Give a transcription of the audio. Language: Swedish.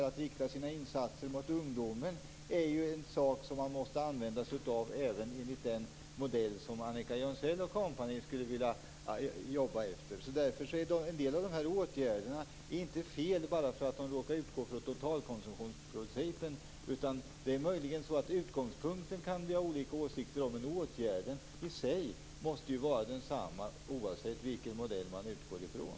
Att rikta sina insatser mot ungdomen är ju en metod som man måste använda sig av även enligt den modell som Annika Jonsell och kompani skulle vilja arbeta efter. En del av åtgärderna är inte fel bara för att de råkar utgå från totalkonsumtionsprincipen. Utgångspunkten kan man möjligen ha olika åsikter om. Men åtgärden i sig måste ju vara densamma, oavsett vilken modell man utgår ifrån.